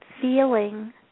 Feeling